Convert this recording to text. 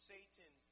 Satan